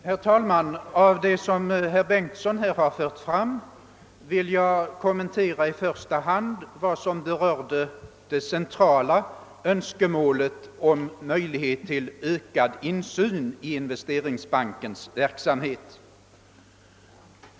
Herr talman! :Bland de synpunkter som herr Bengtsson i Landskrona här har fört fram vill jag i första hand kommentera vad som berörde det centrala önskemålet om möjlighet till ökad insyn i Investeringsbankens verksamhet.